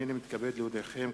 הנני מתכבד להודיעכם,